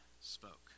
spoke